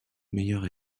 meilleure